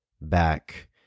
back